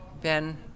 Ben